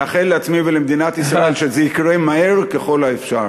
מאחל לעצמי ולמדינת ישראל שזה יקרה מהר ככל האפשר.